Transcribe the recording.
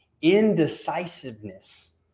indecisiveness